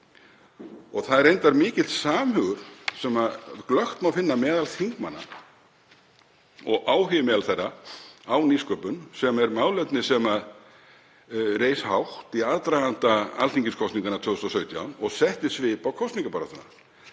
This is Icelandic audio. Það er reyndar mikill samhugur sem glöggt má finna meðal þingmanna og áhugi meðal þeirra á nýsköpun sem er málefni sem reis hátt í aðdraganda alþingiskosninganna 2017 og setti svip á kosningabaráttuna.